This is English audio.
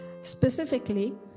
Specifically